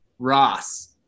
Ross